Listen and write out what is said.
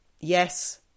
yes